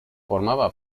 formaba